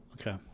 Okay